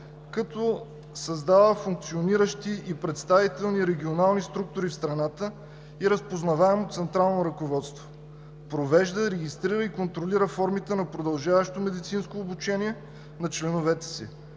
като създава функциониращи и представителни регионални структури в страната и разпознаваемо централно ръководство, провежда, регистрира и контролира формите на продължаващо медицинско обучение на членовете си,